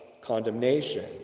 condemnation